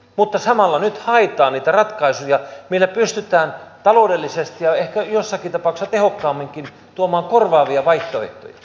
mutta samalla nyt haetaan niitä ratkaisuja millä pystytään taloudellisesti ja ehkä joissakin tapauksissa tehokkaamminkin tuomaan korvaavia vaihtoehtoja